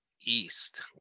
East